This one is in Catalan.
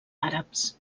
àrabs